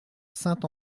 saint